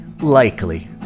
likely